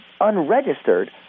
unregistered